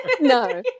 No